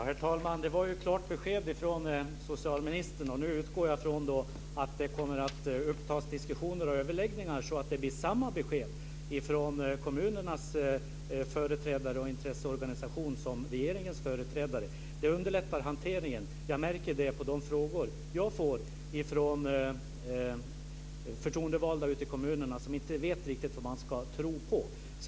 Herr talman! Det var klart besked från socialministern. Jag utgår nu från att det kommer att upptas diskussioner och överläggningar så att det blir samma besked från kommunernas företrädare och intresseorganisation som från regeringens företrädare. Det underlättar hanteringen. Jag märker det på de frågor jag får från förtroendevalda ute i kommunerna som inte vet riktigt vad de ska tro på.